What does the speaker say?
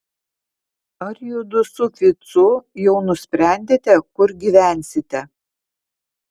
ar judu su ficu jau nusprendėte kur gyvensite